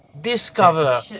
discover